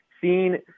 seeing